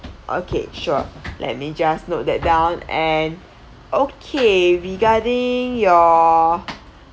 okay sure let me just note that down and okay regarding your